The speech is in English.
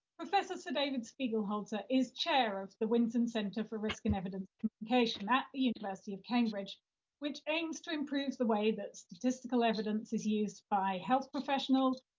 professor sir david spiegelhalter is chair of the winton centre for risk and evidence communication at the university of cambridge which aims to improve the way that statistical evidence is used by health professionals,